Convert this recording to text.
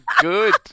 good